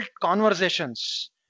conversations